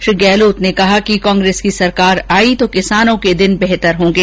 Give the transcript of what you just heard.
श्री गहलोत ने कहा कि कांग्रेस की सरकार आयी तो किसानों के दिन बेहतर होंगे